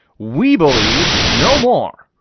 we believe no more.